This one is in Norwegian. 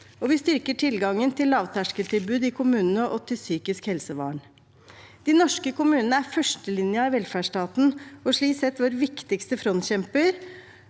Vi styrker tilgangen til lavterskeltilbud i kommunene og til psykisk helsevern. De norske kommunene er førstelinjen i velferdsstaten og slik sett våre viktigste frontkjempere